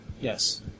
Yes